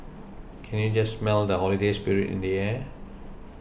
can you just smell the holiday spirit in the air